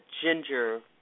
ginger